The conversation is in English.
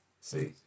See